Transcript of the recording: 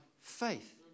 faith